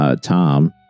Tom